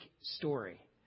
story